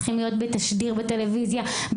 צריכות להיות בתשדיר בטלוויזיה,